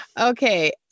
Okay